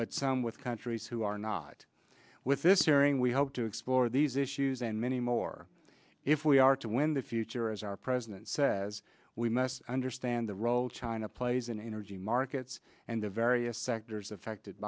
but some with countries who are not with this sharing we hope to explore these issues and many more if we are to win the future as our president says we must understand the role china plays in energy markets and the various sectors affected